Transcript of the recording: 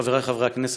חברי חברי הכנסת,